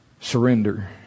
Surrender